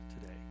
today